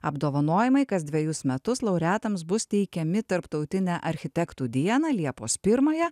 apdovanojimai kas dvejus metus laureatams bus teikiami tarptautinę architektų dieną liepos pirmąją